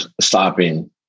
stopping